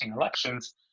elections